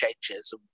changes